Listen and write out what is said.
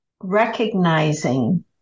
recognizing